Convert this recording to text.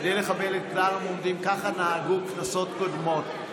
ככה נהגו כנסות קודמות,